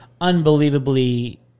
unbelievably